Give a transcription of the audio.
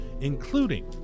including